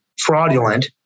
fraudulent